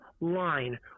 line